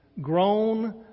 grown